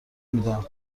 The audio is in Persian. میدم